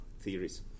theories